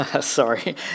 Sorry